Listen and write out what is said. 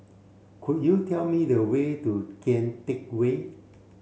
could you tell me the way to Kian Teck Way